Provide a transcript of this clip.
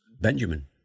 Benjamin